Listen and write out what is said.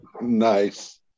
Nice